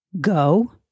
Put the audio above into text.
go